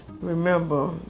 remember